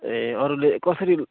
ए अरूले कसरी